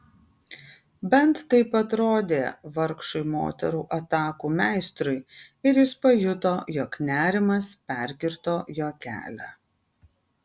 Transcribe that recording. bent taip atrodė vargšui moterų atakų meistrui ir jis pajuto jog nerimas perkirto jo kelią